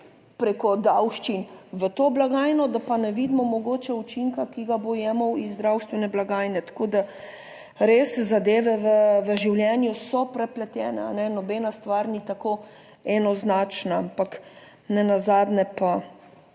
preko davščin v to blagajno, da pa ne vidimo mogoče učinka, ki ga bo jemal iz zdravstvene blagajne. Tako da, res zadeve v življenju so prepletene. Nobena stvar ni tako enoznačna, ampak nenazadnje pa